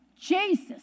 Jesus